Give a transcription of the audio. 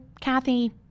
Kathy